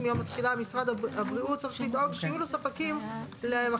מיום התחילה משרד הבריאות צריך לדאוג שיהיו לו ספקים למכשירי